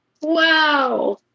Wow